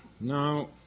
Now